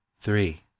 three